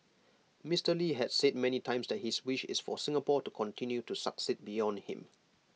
Mister lee had said many times that his wish is for Singapore to continue to succeed beyond him